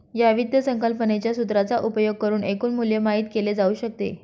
या वित्त संकल्पनेच्या सूत्राचा उपयोग करुन एकूण मूल्य माहित केले जाऊ शकते